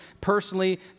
personally